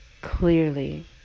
Clearly